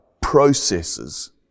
processes